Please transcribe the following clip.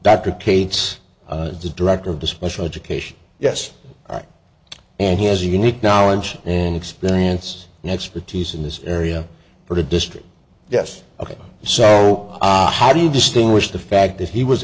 cates the director of the special education yes and he has unique knowledge and experience and expertise in this area for the district yes ok so how do you distinguish the fact that he was